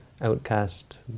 outcast